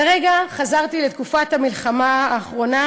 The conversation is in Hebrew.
לרגע חזרתי לתקופת המלחמה האחרונה,